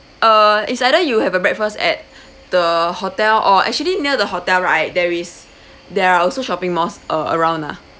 uh it's either you have a breakfast at the hotel or actually near the hotel right there is there are also shopping malls uh around ah